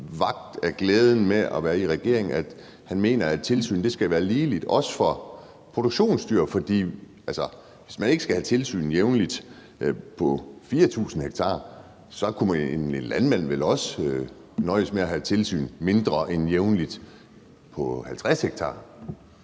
vakt af glæden over at være i regering, at han mener, at tilsynet skal være ligeligt fordelt, også for produktionsdyr? For hvis man ikke skal have tilsyn jævnligt på 4.000 ha, kunne en landmand med 50 ha vel også nøjes med at have tilsyn mindre end jævnligt. Kl.